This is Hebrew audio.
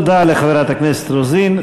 תודה לחברת הכנסת רוזין.